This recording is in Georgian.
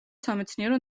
სამეცნიერო